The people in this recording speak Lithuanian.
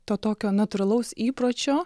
to tokio natūralaus įpročio